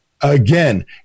Again